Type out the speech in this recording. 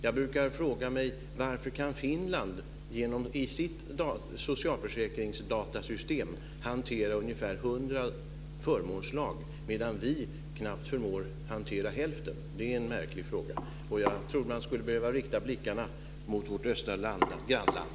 Jag brukar fråga mig: Varför kan Finland i sitt datasystem för socialförsäkringar hantera ungefär 100 förmånsslag medan vi knappt förmår hantera hälften? Det är märkligt. Jag tror att man skulle behöva rikta blickarna mot vårt östra grannland.